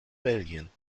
belgien